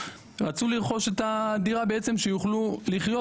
רצו לרכוש את הדירה שיוכלו לחיות.